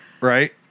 Right